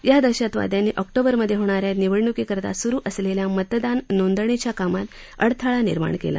या दहशतवाद्यांनी ऑक्टोबरमधे होणाऱ्या निवडणूकीकरता सुरु असलेल्या मतदान नोंदणीच्या कामात अडथळा निर्माण केला